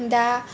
दा